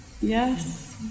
Yes